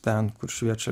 ten kur šviečia